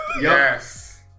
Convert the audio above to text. Yes